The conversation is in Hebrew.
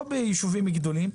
לא בישובים גדולים,